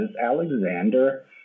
Alexander